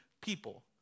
people